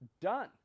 done